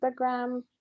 Instagram